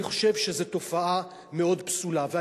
אני חושב שזו תופעה פסולה מאוד.